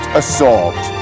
assault